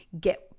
get